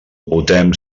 votem